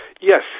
Yes